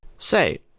Say